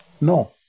no